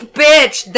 bitch